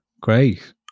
Great